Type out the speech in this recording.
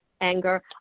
anger